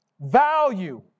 Value